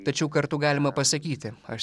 tačiau kartu galima pasakyti aš